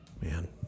man